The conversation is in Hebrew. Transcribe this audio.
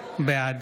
בעד